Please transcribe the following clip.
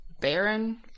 Baron